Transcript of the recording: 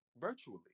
Virtually